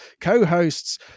co-hosts